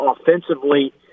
offensively